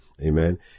Amen